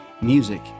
Music